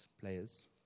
players